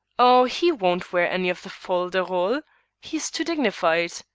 oh, he won't wear any of the fol-de-rol he's too dignified.